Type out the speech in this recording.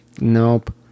Nope